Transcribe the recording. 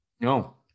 No